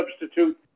substitute